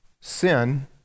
sin